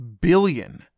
billion